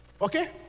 okay